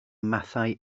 mathau